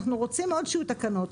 אנחנו רוצים מאוד שיהיו תקנות,